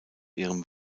ihrem